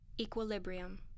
Equilibrium